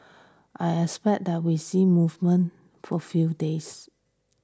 I expect that we see movement for few days